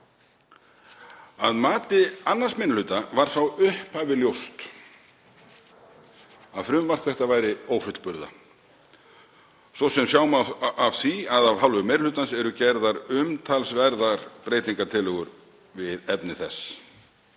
Að mati 2. minni hluta var frá upphafi ljóst að frumvarp þetta væri ófullburða, svo sem sjá má af því að af hálfu meiri hlutans eru gerðar umtalsverðar breytingartillögur við efni þess.